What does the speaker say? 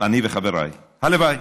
אני וחבריי, הלוואי.